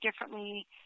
differently